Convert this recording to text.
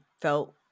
felt